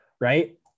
Right